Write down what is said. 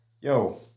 yo